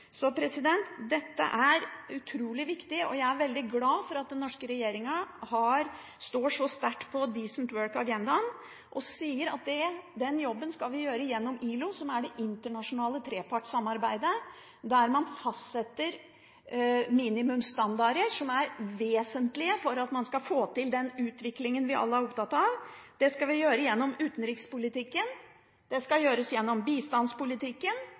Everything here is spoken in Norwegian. så sterkt på «Decent work»-agendaen, og sier at den jobben skal vi gjøre gjennom ILO, som er det internasjonale trepartssamarbeidet der man fastsetter minimumsstandarder som er vesentlige for å få til den utviklingen vi alle er opptatt av. Det skal vi gjøre gjennom utenrikspolitikken, det skal gjøres gjennom bistandspolitikken,